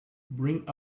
bring